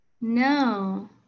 no